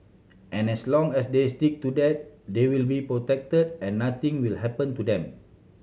and as long as they stick to that they will be protected and nothing will happen to them